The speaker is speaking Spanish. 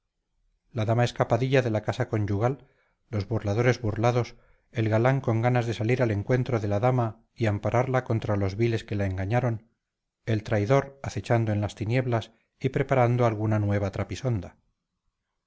la dama escapadita de la casa conyugal los burladores burlados el galán con ganas de salir al encuentro de la dama y ampararla contra los viles que la engañaron el traidor acechando en las tinieblas y preparando alguna nueva trapisonda